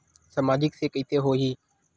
सामाजिक से कइसे होही?